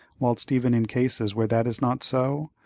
whilst even in cases where that is not so,